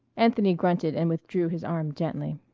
anthony grunted and withdrew his arm gently.